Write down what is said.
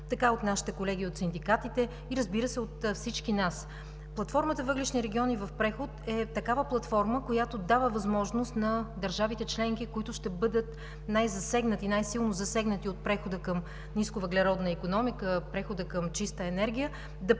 така и от нашите колеги от синдикатите и, разбира се, от всички нас. Платформата „Въглищни региони в преход“ е такава платформа, която дава възможност на държавите членки, които ще бъдат най-засегнати, най-силно засегнати от прехода към нисковъглеродна икономика, прехода към чиста енергия, да